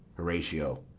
horatio,